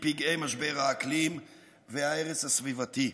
מפגעי משבר האקלים וההרס הסביבתי,